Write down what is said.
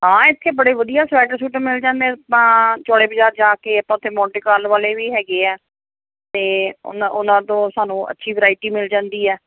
ਹਾਂ ਇੱਥੇ ਬੜੇ ਵਧੀਆ ਸਵੈਟਰ ਸਵੂਟਰ ਮਿਲ ਜਾਂਦੇ ਆਪਾਂ ਚੌੜੇ ਬਾਜ਼ਾਰ ਜਾ ਕੇ ਆਪਾਂ ਉੱਥੇ ਮੋਂਟੇ ਕਾਰਲੋ ਵਾਲੇ ਵੀ ਹੈਗੇ ਹੈ ਅਤੇ ਉਹਨਾਂ ਉਹਨਾਂ ਤੋਂ ਸਾਨੂੰ ਅੱਛੀ ਵਰਾਇਟੀ ਮਿਲ ਜਾਂਦੀ ਹੈ